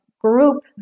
group